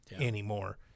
anymore